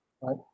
right